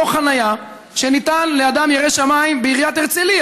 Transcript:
אני מחזיק פה צילום של דוח חניה שניתן לאדם ירא שמיים בעיריית הרצליה.